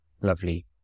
lovely